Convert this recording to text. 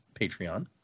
Patreon